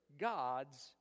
God's